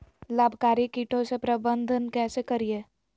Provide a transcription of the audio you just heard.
लाभकारी कीटों के प्रबंधन कैसे करीये?